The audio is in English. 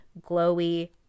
glowy